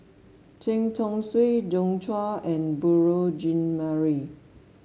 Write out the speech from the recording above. Chen Chong Swee Joi Chua and Beurel Jean Marie